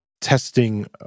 testing